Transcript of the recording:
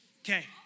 Okay